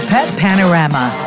PetPanorama